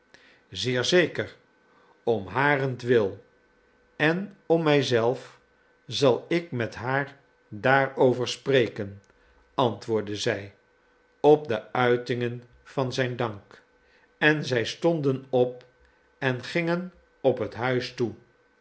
zeer zeker om harentwil en om mij zelf zal ik met haar daarover spreken antwoordde zij op de uitingen van zijn dank en zij stonden op en gingen op het huis toe